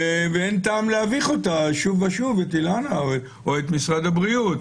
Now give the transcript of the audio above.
ואין טעם להביך שוב ושוב את אילנה או את משרד הבריאות.